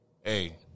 hey